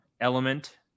element